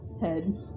head